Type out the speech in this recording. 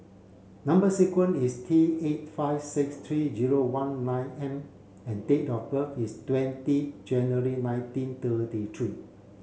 number sequence is T eight five six three zero one nine M and date of birth is twenty January nineteen thirty three